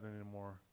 anymore